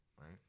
right